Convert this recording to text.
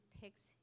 picks